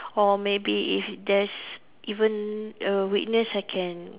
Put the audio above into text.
or maybe if there's even a weakness I can